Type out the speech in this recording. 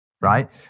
right